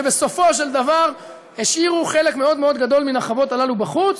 שבסופו של דבר השאירו חלק מאוד מאוד גדול מן החוות הללו בחוץ,